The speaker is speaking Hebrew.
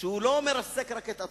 שהוא לא מרסק רק את עצמו,